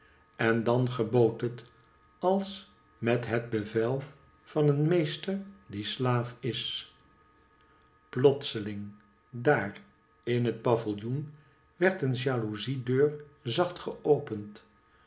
en dan gebood het als met het bevel van een meester dieslaafis plotseling daar in het pavillioen werd een jalouzie deur zacht geopend